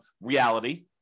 reality